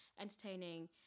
entertaining